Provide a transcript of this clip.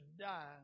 die